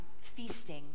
feasting